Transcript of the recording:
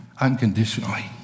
unconditionally